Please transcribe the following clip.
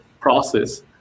process